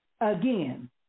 Again